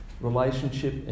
relationship